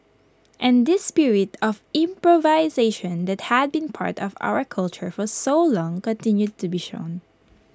and this spirit of improvisation that had been part of our culture for so long continued to be shown